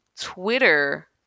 twitter